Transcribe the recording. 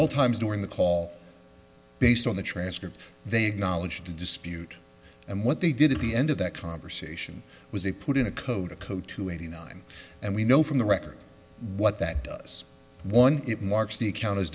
all times during the call based on the transcript they acknowledged to dispute and what they did at the end of that conversation was they put in a code a code two eighty nine and we know from the record what that does one it marks the account